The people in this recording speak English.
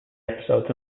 episodes